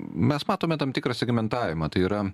mes matome tam tikrą segmentavimą tai yra